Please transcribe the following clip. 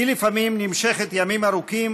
היא לפעמים נמשכת ימים ארוכים,